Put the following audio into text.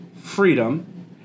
freedom